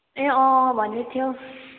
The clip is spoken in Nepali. ए अँ अँ भन्दै थियो